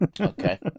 Okay